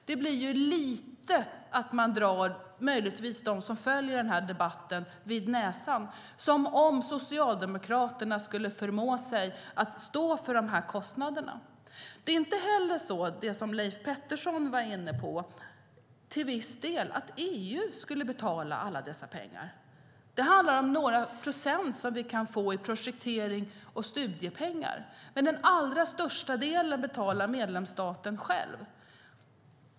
På det viset drar man dem som möjligtvis följer den här debatten vid näsan, som om Socialdemokraterna skulle förmå att stå för dessa kostnader. Det är inte heller som Leif Pettersson var inne på, att EU skulle betala alla dessa kostnader. Det handlar om några procent som vi kan få i projekterings och studiepengar. Men den allra största delen betalar medlemsstaten själv.